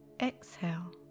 Exhale